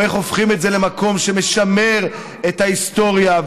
או איך הופכים את זה למקום שמשמר את ההיסטוריה,